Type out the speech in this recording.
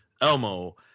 Elmo